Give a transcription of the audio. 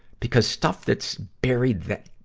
because stuff that's buried that,